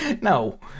No